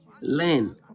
learn